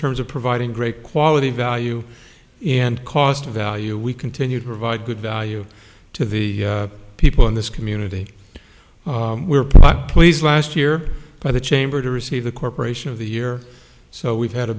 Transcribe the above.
terms of providing great quality value and cost value we continue to provide good value to the people in this community we're proud police last year by the chamber to receive the corporation of the year so we've had a